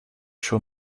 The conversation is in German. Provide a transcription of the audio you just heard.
schon